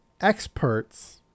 experts